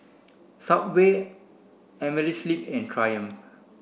Subway Amerisleep and Triumph